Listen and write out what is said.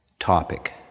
topic